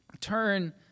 turn